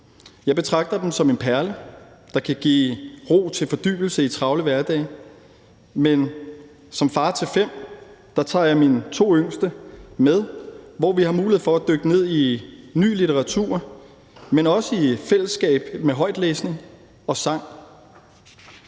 Jeg betragter dem som en perle, der kan give rum til fordybelse i travle hverdage. Jeg er far til fem og tager mine to yngste med, og der har vi mulighed for at dykke ned i ny litteratur, men også i et fællesskab med højtlæsning og sang.